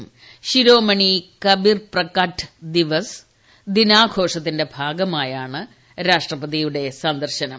ഷിരോമണി കബിർ പ്രകാട്ട് ദിവസ് ദിനാഘോഷത്തിന്റെ ഭാഗമായാണ് രാഷ്ട്രപതിയുടെ സന്ദർശനം